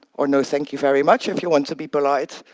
or, no, thank you very much, if you want to be polite.